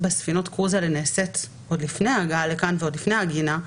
בספינות קרוז נעשית עוד לפני ההגעה לכאן ועוד לפני העגינה.